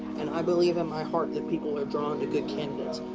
and i believe in my heart that people are drawn to good candidates.